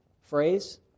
phrase